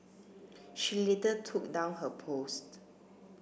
she later took down her post